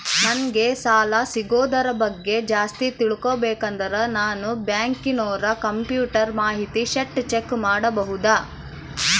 ನಂಗೆ ಸಾಲ ಸಿಗೋದರ ಬಗ್ಗೆ ಜಾಸ್ತಿ ತಿಳಕೋಬೇಕಂದ್ರ ನಾನು ಬ್ಯಾಂಕಿನೋರ ಕಂಪ್ಯೂಟರ್ ಮಾಹಿತಿ ಶೇಟ್ ಚೆಕ್ ಮಾಡಬಹುದಾ?